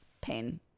pain